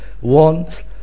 want